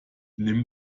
nimm